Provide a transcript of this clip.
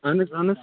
اَہَن حظ اَہَن حظ